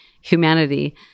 humanity